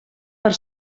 per